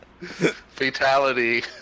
fatality